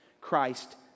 Christ